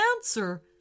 answer